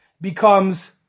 becomes